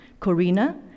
Corina